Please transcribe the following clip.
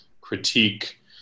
critique